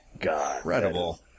incredible